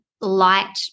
light